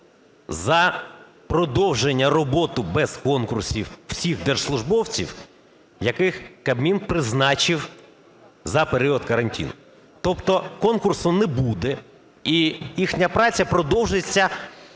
за продовження роботи без конкурсів всіх держслужбовців, яких Кабмін призначив за період карантину? Тобто конкурсу не буде, і їхня праця продовжиться